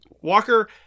Walker